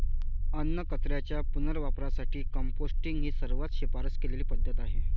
अन्नकचऱ्याच्या पुनर्वापरासाठी कंपोस्टिंग ही सर्वात शिफारस केलेली पद्धत आहे